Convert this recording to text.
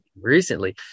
recently